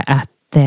att